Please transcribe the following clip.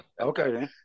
Okay